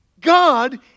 God